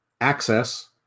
access